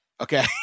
Okay